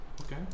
Okay